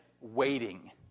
waiting